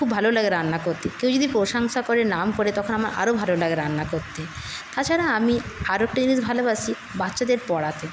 খুব ভালো লাগে রান্না করতে কেউ যদি প্রশংসা করে নাম করে তখন আমার আরও ভালো লাগে রান্না করতে তাছাড়া আমি আরেকটা জিনিস ভালোবাসি বাচ্চাদের পড়াতে